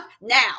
now